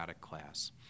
class